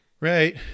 Right